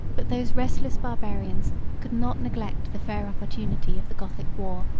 but those restless barbarians could not neglect the fair opportunity of the gothic war,